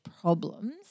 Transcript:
problems